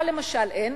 מה למשל אין?